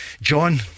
John